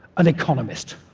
an economist.